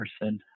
person